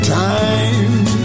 time